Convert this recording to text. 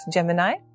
Gemini